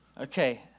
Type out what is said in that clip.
Okay